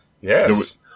Yes